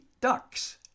Ducks